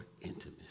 intimacy